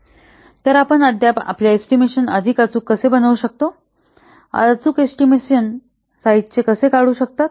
तर आपण अद्याप आपले एस्टिमेशन अधिक अचूक कसे बनवू शकता अचूक साईझ एस्टिमेशन कसे काढू शकता